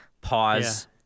pause